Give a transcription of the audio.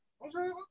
Bonjour